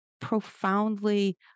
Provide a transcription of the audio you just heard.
profoundly